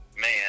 man